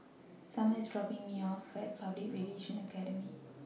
Summer IS dropping Me off At Public Relations Academy